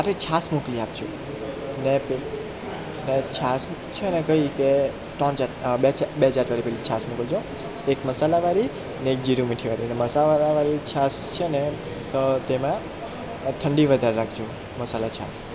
સાથે છાસ મોકલી આપજો ને છાસ છે ને તે કેવી કે ત્રણ જાત બે જાત બે જાતવાળી છાસ મોકલજો એક મસાલાવાળી ને એક જીરું મીઠું વાળી ને જે મસાલાવાળી છે ને તેમાં ઠંડી વધારે રાખજો મસાલા છાસ